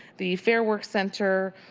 the fair works center,